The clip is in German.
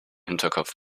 hinterkopf